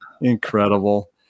Incredible